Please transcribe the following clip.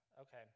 okay